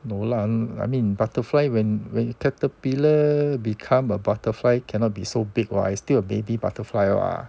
no lah I mean butterfly when when caterpillar become a butterfly cannot be so big what it still a baby butterfly what